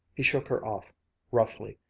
he shook her off roughly,